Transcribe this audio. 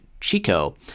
Chico